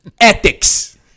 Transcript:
Ethics